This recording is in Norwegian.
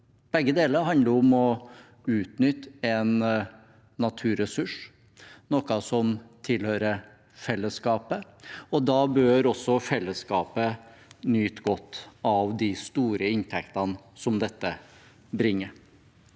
Begge deler handler om å utnytte en naturressurs, noe som tilhører fellesskapet. Da bør også fellesskapet nyte godt av de store inntektene dette bringer.